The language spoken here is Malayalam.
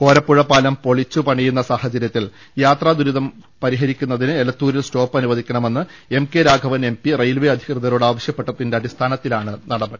കോരപ്പുഴ പാലം പൊളിച്ചുപണിയുന്ന സാഹചര്യത്തിൽ യാത്രാദുരിതം പരിഹരിക്കുന്നതിന് എലത്തൂരിൽ സ്റ്റോപ്പ് അനുവദിക്കണമെന്ന് M K Raghavan M P railway അധികൃ തരോട് ആവശ്യപ്പെട്ടതിന്റെ അടിസ്ഥാനത്തിലാണ് നടപടി